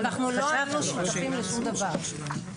לא.